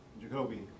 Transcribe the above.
Jacoby